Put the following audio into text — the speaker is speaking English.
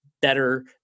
better